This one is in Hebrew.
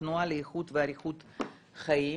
התנועה לאיכות ואריכות חיים.